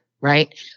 Right